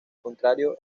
contrario